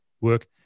work